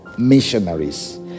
missionaries